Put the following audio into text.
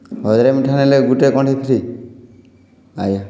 ହଜାର ମିଠା ନେଲେ ଗୁଟେ ଖଣ୍ଡେ ଫ୍ରୀ ଆଜ୍ଞା